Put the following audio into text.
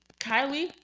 Kylie